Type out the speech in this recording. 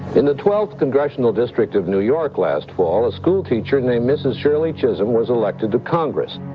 in the twelfth congressional district of new york last fall, a schoolteacher named mrs. shirley chisholm was elected to congress